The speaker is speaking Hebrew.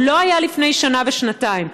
הוא לא היה לפני שנה ושנתיים,